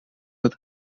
het